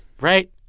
Right